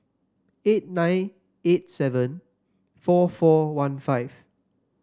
eight nine eight seven four four one five